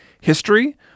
history